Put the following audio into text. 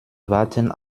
warten